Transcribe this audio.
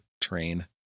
train